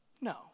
No